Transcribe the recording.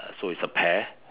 uh so is a pair